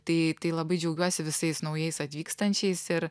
tai tai labai džiaugiuosi visais naujais atvykstančiais ir